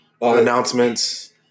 announcements